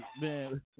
man